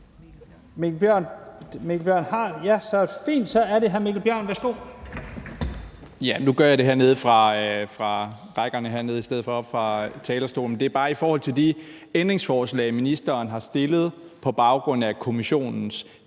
Det drejer sig om de ændringsforslag, ministeren har stillet på baggrund af Kommissionens